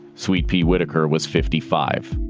sweet pea whitaker was fifty five.